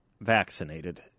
vaccinated